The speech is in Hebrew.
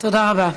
תודה רבה.